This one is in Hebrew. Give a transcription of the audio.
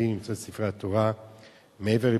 להעברה זו?